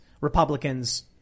Republicans